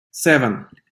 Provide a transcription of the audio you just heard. seven